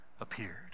appeared